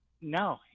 No